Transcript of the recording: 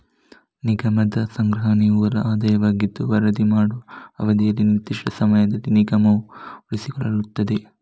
ನಿಗಮದ ಸಂಗ್ರಹದ ನಿವ್ವಳ ಆದಾಯವಾಗಿದ್ದು ವರದಿ ಮಾಡುವ ಅವಧಿಯ ನಿರ್ದಿಷ್ಟ ಸಮಯದಲ್ಲಿ ನಿಗಮವು ಉಳಿಸಿಕೊಳ್ಳುತ್ತದೆ